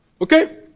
Okay